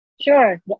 Sure